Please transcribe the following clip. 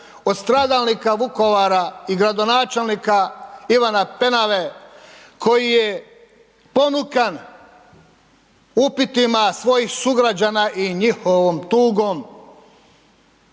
od stradalnika Vukovara i gradonačelnika Ivana Penave koji je ponukan upitima svojih sugrađana i njihovom tugom